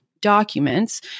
documents